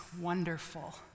wonderful